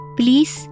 please